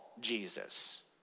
Jesus